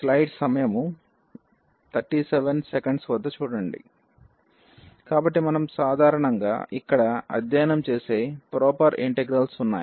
కాబట్టి ఇక్కడ మనం సాధారణంగా అధ్యయనం చేసే ప్రొపెర్ ఇంటిగ్రల్స్ ఉన్నాయి